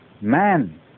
Man